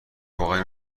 واقعا